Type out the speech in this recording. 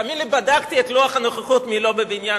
תאמין לי, בדקתי בלוח הנוכחות מי לא בבניין